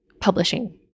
publishing